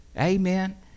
Amen